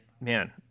Man